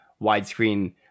widescreen